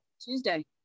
Tuesday